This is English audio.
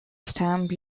stamp